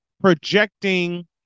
projecting